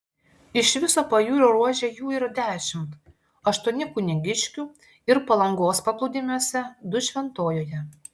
iš viso pajūrio ruože jų yra dešimt aštuoni kunigiškių ir palangos paplūdimiuose du šventojoje